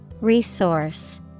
Resource